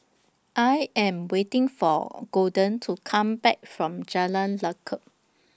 I Am waiting For Golden to Come Back from Jalan Lekub